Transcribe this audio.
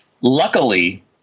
Luckily